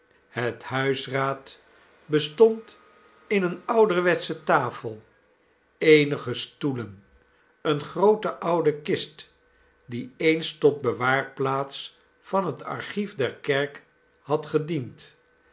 het huisraad mmm mh nelly bestond in eene ouderwetsche tafel eenige stoelen eene groote oude kist die eens tot bewaarplaats van het archief der kerk had gediend